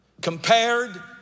Compared